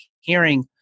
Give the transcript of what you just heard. hearing